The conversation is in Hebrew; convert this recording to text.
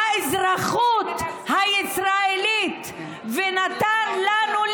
מהאזרחות הישראלית ונתן לנו,